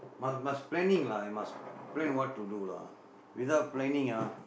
must must planning lah you must plan what to do lah without planning ah